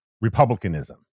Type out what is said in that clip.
republicanism